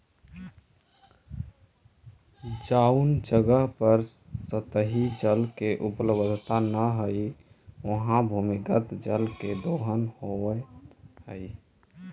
जउन जगह पर सतही जल के उपलब्धता न हई, उहाँ भूमिगत जल के दोहन होइत हई